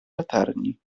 latarni